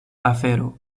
afero